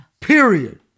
Period